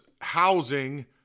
housing